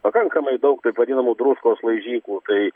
pakankamai daug taip vadinamų druskos laižyklų tai